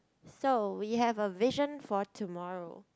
so you have a vision for tomorrow